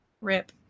rip